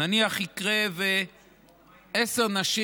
נניח, יקרה שעשר נשים